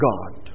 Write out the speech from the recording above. God